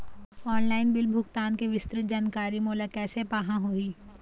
Online bill भुगतान के विस्तृत जानकारी मोला कैसे पाहां होही?